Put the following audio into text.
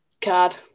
card